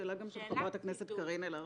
שאלה גם של חברת הכנסת קארין אלהרר.